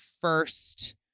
first